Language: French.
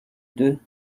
deux